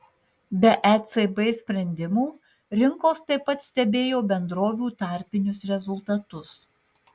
be ecb sprendimų rinkos taip pat stebėjo bendrovių tarpinius rezultatus